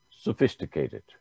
sophisticated